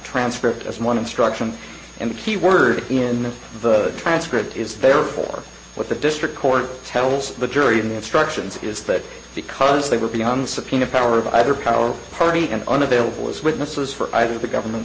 transcript of one instruction and the key word in the transcript is therefore what the district court tells the jury in the instructions is that because they were beyond subpoena power of either power party and unavailable as witnesses for the government